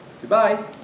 Goodbye